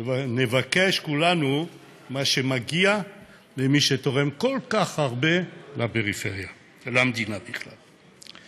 נבקש כולנו מה שמגיע למי שתורם כל כך הרבה לפריפריה ולמדינה בכלל.